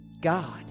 God